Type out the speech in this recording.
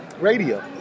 Radio